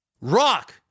Rock